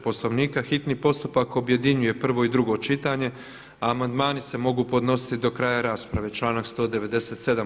Poslovnika hitni postupak objedinjuje prvo i drugo čitanje a amandmani se mogu podnositi do kraja rasprave, članak 197.